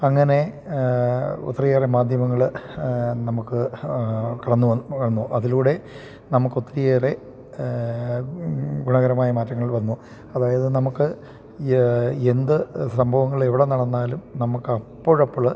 അങ്ങനെ ഒത്തിരിയേറെ മാധ്യമങ്ങൾ നമുക്ക് കടന്നുവന്നു അതിലൂടെ നമക്കൊത്തിരിയേറെ ഗുണകരമായ മാറ്റങ്ങൾ വന്നു അതായത് നമുക്ക് എന്ത് സംഭവങ്ങൾ എവിടെ നടന്നാലും നമുക്കപ്പോഴ് അപ്പോൾ